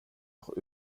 doch